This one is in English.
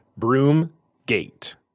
Broomgate